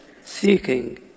seeking